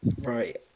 Right